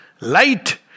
light